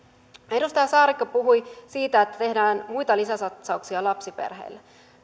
edustaja saarikko puhui siitä että tehdään muita lisäsatsauksia lapsiperheille